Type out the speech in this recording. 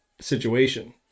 situation